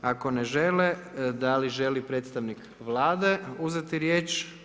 Ako ne žele, da li želi predstavnik Vlade uzeti riječ?